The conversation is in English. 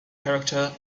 character